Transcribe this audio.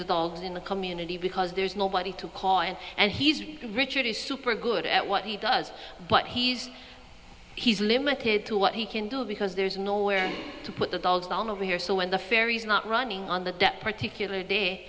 to dogs in the community because there's nobody to call in and he's richard is super good at what he does but he's he's limited to what he can do because there's nowhere to put the dogs down over here so when the ferries not running on that that particular day